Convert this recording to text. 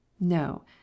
No